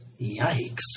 Yikes